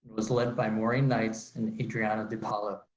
was led by maureen neitz and adriana di polo.